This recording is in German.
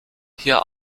hier